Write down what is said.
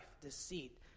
deceit